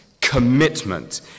commitment